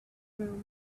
room